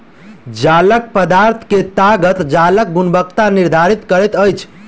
जालक पदार्थ के ताकत जालक गुणवत्ता निर्धारित करैत अछि